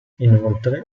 inoltre